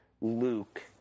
Luke